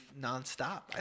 nonstop